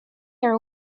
are